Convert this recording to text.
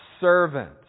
servant